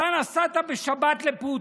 אתה נסעת בשבת לפוטין,